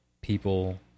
people